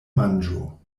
manĝo